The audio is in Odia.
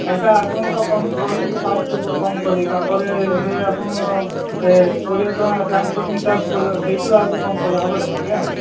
ସେଇଟା ଆପଣ ତ କମ କଲି ଫାଷ୍ଟରୁ ତ କମ କଲି ତାପରେ ଏବେ ଆପଣ ସେ କୋଡ଼ିଏ ଟଙ୍କା ଟ୍ରାନ୍ସପୋର୍ଟିଂ ଚାର୍ଜ ପଡ଼ିବ ସେଇଥିରୁ ଆହୁରି କମ କଲେ ହେବ କି ଆଜ୍ଞା